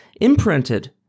imprinted